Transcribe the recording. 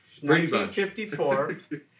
1954